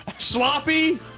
sloppy